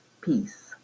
peace